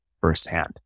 firsthand